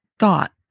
Thought